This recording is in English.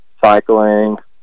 cycling